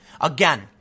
Again